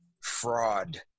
fraud